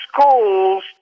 schools